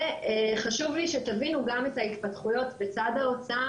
חשוב לי שתבינו גם את ההתפתחויות בצד ההוצאה